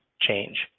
change